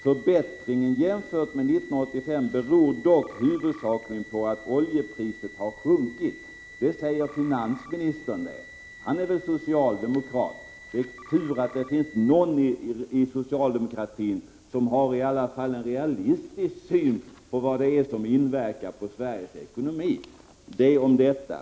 ”Förbättringen jämfört med 1985 beror dock huvudsakligen på att oljepriset har sjunkit.” Detta säger finansministern, och han är socialdemokrat. Det är tur att det finns någon socialdemokrat som i alla fall har en realistisk syn på vad det är som inverkar på Sveriges ekonomi. — Det om detta.